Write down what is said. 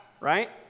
Right